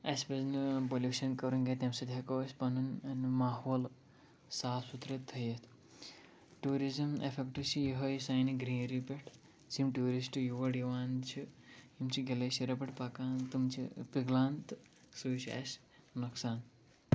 اَسہِ پَزِ نہٕ پوٚلیوشَن کَرُن کیٚنہہ تَمہِ سۭتۍ ہٮ۪کو أسۍ پَنُن ماحول صاف سُتھرٕ تھٲیِتھ ٹیوٗرِزٕم ایٚفکٹ چھِ یِہوٚے سانہِ گرٛیٖنری پٮ۪ٹھ یُس یِم ٹوٗرِسٹ یور یِوان چھِ یِم چھِ گٕلیشَرَو پٮ۪ٹھ پَکان تِم چھِ پِگلان تہٕ سُے چھُ اَسہِ نۄقصان